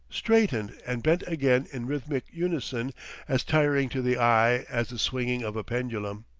straightened, and bent again in rhythmic unison as tiring to the eye as the swinging of a pendulum.